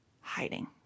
hiding